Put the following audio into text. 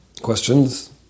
questions